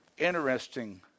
interesting